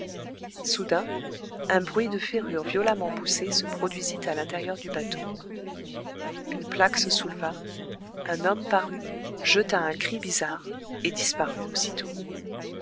soudain un bruit de ferrures violemment poussées se produisit à l'intérieur du bateau une plaque se souleva un homme parut jeta un cri bizarre et disparut aussitôt